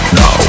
no